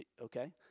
okay